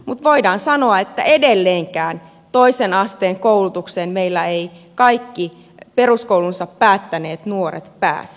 mutta voidaan sanoa että edelleenkään toisen asteen koulutukseen meillä eivät kaikki peruskoulunsa päättäneet nuoret pääse